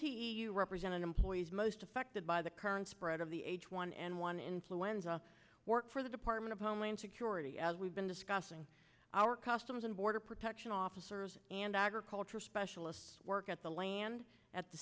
u represented employees most affected by the current spread of the h one n one influenza work for the department of homeland security as we've been discussing our customs and border protection officers and agricultural specialists work at the land at the